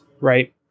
right